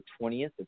20th